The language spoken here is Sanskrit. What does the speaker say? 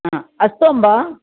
हा अस्तु अम्ब